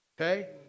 Okay